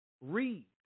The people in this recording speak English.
Read